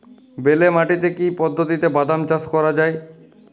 বেলে মাটিতে কি পদ্ধতিতে বাদাম চাষ করা যায়?